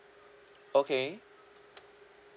okay